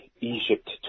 Egypt